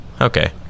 okay